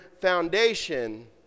foundation